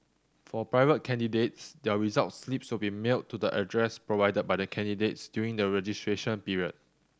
for private candidates their result slips will be mailed to the address provided by the candidates during the registration period